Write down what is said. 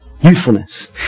Youthfulness